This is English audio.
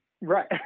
Right